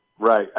Right